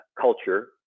culture